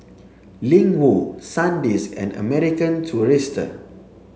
Ling Wu Sandisk and American Tourister